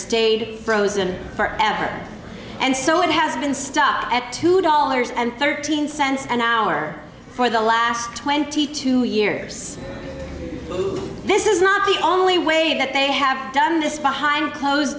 stayed frozen for ever and so it has been stuck at two dollars and thirteen cents an hour for the last twenty two years this is not the only way that they have done this behind closed